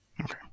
Okay